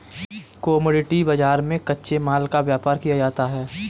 commodity बाजार में कच्चे माल का व्यापार किया जाता है